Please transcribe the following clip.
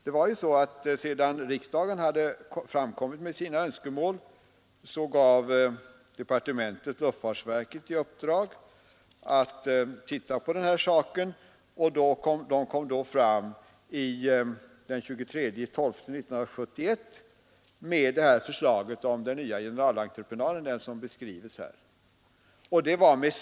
Det var ju så att sedan riksdagen framfört sina önskemål gav departementet luftfartsverket i uppdrag att se på saken, och verket kom den 23 december 1971 med sitt förslag om den nya generalentreprenaden som beskrivs i svaret.